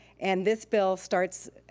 and this bill starts,